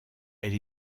elle